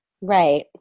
right